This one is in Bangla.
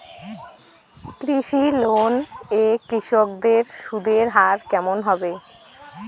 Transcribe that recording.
কৃষি লোন এ কৃষকদের সুদের হার কেমন হবে?